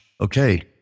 okay